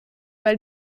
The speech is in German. weil